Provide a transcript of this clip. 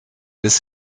bis